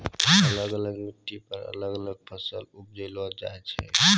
अलग अलग मिट्टी पर अलग अलग फसल उपजैलो जाय छै